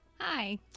Hi